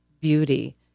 beauty